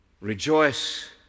Rejoice